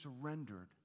surrendered